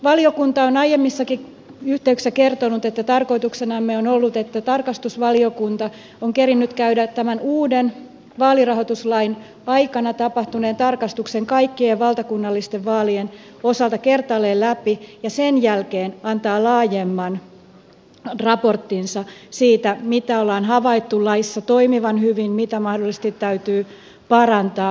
valiokunta on aiemmissakin yhteyksissä kertonut että tarkoituksenamme on ollut että tarkastusvaliokunta on kerinnyt käydä tämän uuden vaalirahoituslain aikana tapahtuneen tarkastuksen kaikkien valtakunnallisten vaalien osalta kertaalleen läpi ja sen jälkeen antaa laajemman raporttinsa siitä minkä ollaan havaittu laissa toimivan hyvin ja mitä mahdollisesti täytyy parantaa